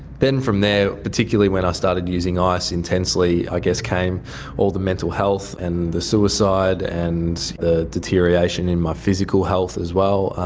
then from there, particularly when i started using ice intensely i guess came all the mental health and the suicide and the deterioration in my physical health as well,